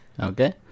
Okay